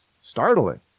startling